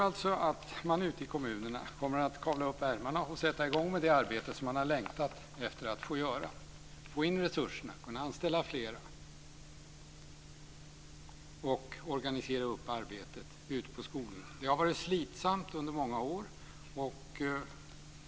Jag tror att man ute i kommunerna kommer att kavla upp ärmarna och sätta i gång med det arbete som man har längtat efter att få göra, att få in resurserna och anställa fler och organisera arbetet på skolorna. Det har varit slitsamt under många år.